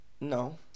No